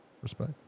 Respect